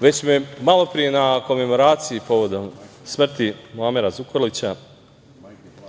već me malopre na komemoraciji povodom smrti Muamera Zukorlića,